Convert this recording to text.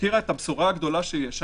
הזכירה את הבשורה הגדולה שיש שם.